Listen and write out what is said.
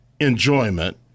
enjoyment